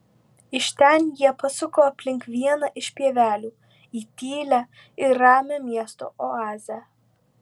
iš ten jie pasuko aplink vieną iš pievelių į tylią ir ramią miesto oazę